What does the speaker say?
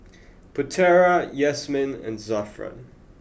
Putera Yasmin and Zafran